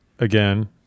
Again